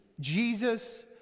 Jesus